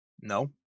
No